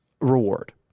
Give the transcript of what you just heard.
reward